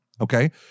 Okay